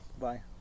bye